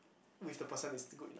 with the person is good